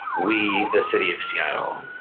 we the city of seattle,